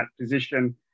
position